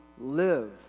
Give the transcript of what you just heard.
live